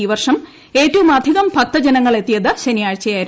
ഈ വർഷം ഏറ്റവും അധികം ഭക്തജനങ്ങൾ എത്തിയത് ശനിയാഴ്ചയായിരുന്നു